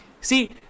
See